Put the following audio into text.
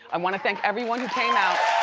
i wanna thank everyone who came out